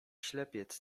ślepiec